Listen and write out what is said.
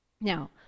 Now